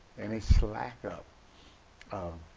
any slack up of